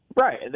Right